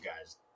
guys